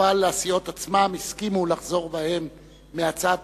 אבל הסיעות עצמן הסכימו לחזור בהן מהצעות